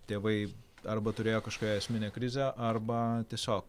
tėvai arba turėjo kažkokią esminę krizę arba tiesiog